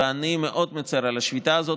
ואני מאוד מצר על השביתה הזאת.